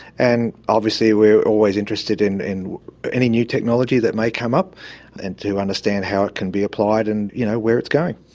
and obviously we are always interested in in any new technology that may come up and to understand how it can be applied and you know where it's going.